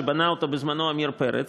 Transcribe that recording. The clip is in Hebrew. שבנה אותה בזמנו עמיר פרץ,